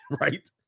Right